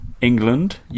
England